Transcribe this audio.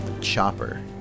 Chopper